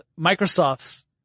Microsoft's